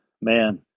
man